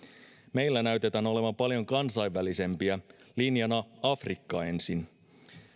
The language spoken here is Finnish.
meillä näytetään olevan paljon kansainvälisempiä linjana afrikka ensin